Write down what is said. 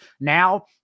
Now